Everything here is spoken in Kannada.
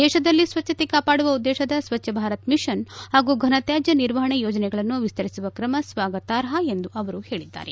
ದೇಶದಲ್ಲಿ ಸ್ವಚ್ವತೆ ಕಾಪಾಡುವ ಉದ್ದೇಶದ ಸ್ವಚ್ವಭಾರತ್ ಮಿಷನ್ ಹಾಗೂ ಘನತ್ಹಾಜ್ಯ ನಿರ್ವಹಣೆ ಯೋಜನೆಗಳನ್ನು ವಿಸ್ತರಿಸುವ ಕ್ರಮ ಸ್ವಾಗತಾರ್ಹ ಎಂದು ಅವರು ಹೇಳಿದ್ದಾರೆ